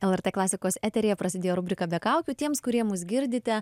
lrt klasikos eteryje prasidėjo rubrika be kaukių tiems kurie mus girdite